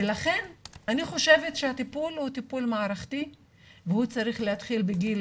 לכן אני חושבת שהטיפול הוא טיפול מערכתי והוא צריך להתחיל בגיל